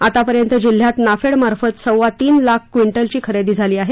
आतापर्यंत जिल्ह्यात नाफेडमार्फत सव्वातीन लाख क्विंटलची खरेदी झाली आहे